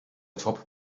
top